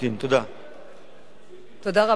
תודה רבה לך, אדוני כבוד שר הפנים.